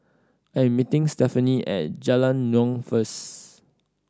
I am meeting Stefani at Jalan Naung first